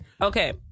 Okay